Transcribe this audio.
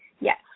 Yes